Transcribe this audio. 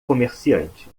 comerciante